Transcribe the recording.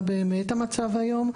מה באמת המצב היום?